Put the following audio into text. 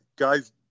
guys